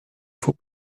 faut